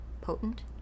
potent